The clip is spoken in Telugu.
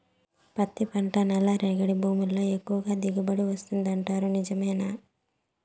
పత్తి పంట నల్లరేగడి భూముల్లో ఎక్కువగా దిగుబడి వస్తుంది అంటారు నిజమేనా